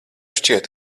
šķiet